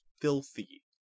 filthy